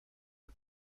het